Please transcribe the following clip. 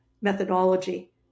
methodology